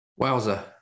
Wowza